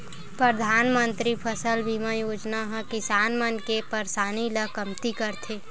परधानमंतरी फसल बीमा योजना ह किसान मन के परसानी ल कमती करथे